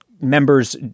members